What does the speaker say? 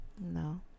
No